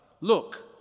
look